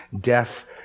Death